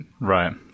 Right